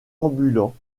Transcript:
ambulants